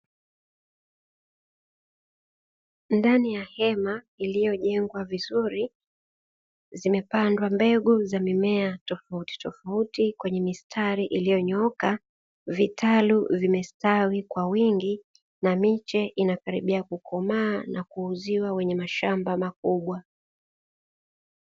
Ndani ya hema iliyo jengwa vizuri, zimepandwa mbegu za mimea tofautitofauti kwenye mistari iliyonyooka, vitalu vimestawi kwa wingi na miche inakaribia kukomaa na kuuziwa wenye mashamba makubwa.